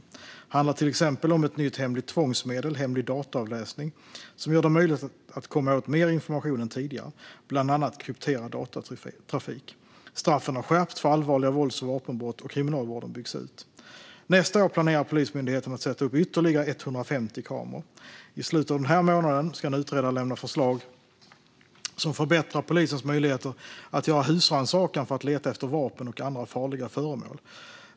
Det handlar till exempel om ett nytt hemligt tvångsmedel - hemlig dataavläsning - som gör det möjligt att komma åt mer information än tidigare, bland annat krypterad datatrafik. Straffen har skärpts för allvarliga vålds och vapenbrott, och kriminalvården byggs ut. Nästa år planerar Polismyndigheten att sätta upp ytterligare 150 kameror. I slutet av den här månaden ska en utredare lämna förslag som förbättrar polisens möjligheter att göra husrannsakan för att leta efter vapen och andra farliga föremål.